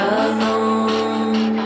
alone